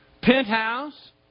penthouse